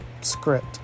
script